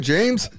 James